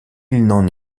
n’en